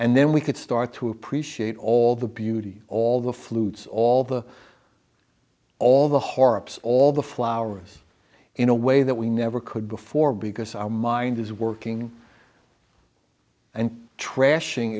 and then we could start to appreciate all the beauty all the flutes all the all the horror all the flowers in a way that we never could before because our mind is working and trashing